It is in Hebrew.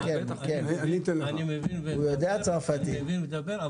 אני מבין ומדבר,